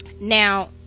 now